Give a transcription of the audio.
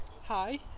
hi